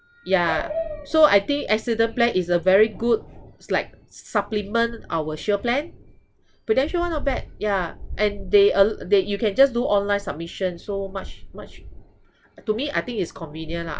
ya so I think accident plan is a very good it's like supplement our shield plan prudential one not bad yeah and they al~ you can just do online submission so much much to me I think it's convenient lah